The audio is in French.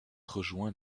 rejoint